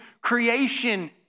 creation